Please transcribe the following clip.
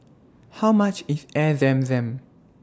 How much IS Air Zam Zam